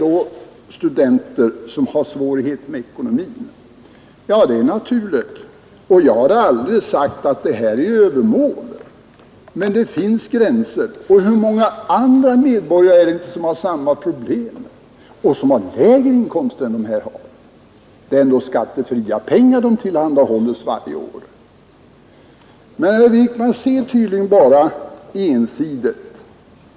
Att studenter har svårigheter med ekonomin är naturligt, och jag har aldrig sagt att det här är övermål. Men det finns gränser. Och hur många andra medborgare är det inte som har samma problem och som har lägre inkomster än de här grupperna. Det är ändå skattefria pengar som de tillhandahålles varje år. Men herr Wijkman ser tydligen bara ensidigt på frågan.